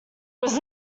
was